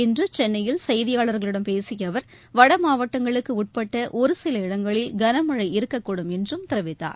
இன்று சென்னையில் செய்தியாளர்களிடம் பேசிய அவர் வட மாவட்டங்களுக்கு உட்பட்ட ஒரு சில இடங்களில் கனமழை இருக்கக்கூடும் என்றும் தெரிவித்தார்